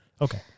okay